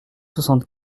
soixante